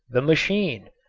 the machine.